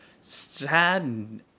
sad